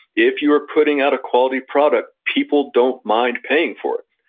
if you are putting out a quality product, people don't mind paying for it.